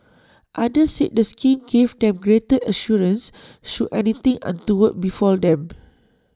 others said the scheme gave them greater assurance should anything untoward befall them